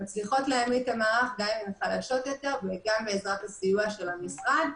מצליחות להעמיד את המערך גם אם הן חלשות יותר וגם בעזרת הסיוע של המשרד.